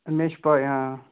مےٚ چھِ پَے